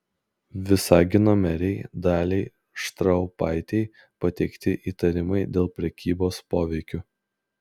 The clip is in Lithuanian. visagino merei daliai štraupaitei pateikti įtarimai dėl prekybos poveikiu